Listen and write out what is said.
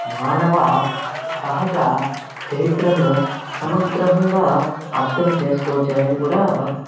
మానవ సహజ చరిత్రను సమగ్రహంగా అర్థం చేసుకోవచ్చనేది కూడా